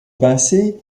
pincé